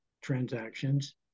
transactions